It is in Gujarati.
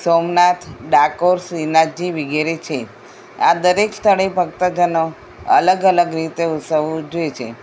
સોમનાથ ડાકોર શ્રીનાથજી વગેરે છે આ દરેક સ્થળે ભક્તજનો અલગ અલગ રીતે ઉત્સવો ઉજવે છે